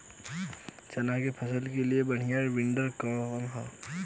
चना के फसल के लिए बढ़ियां विडर कवन ह?